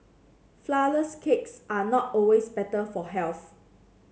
flourless cakes are not always better for health